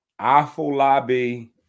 Afolabi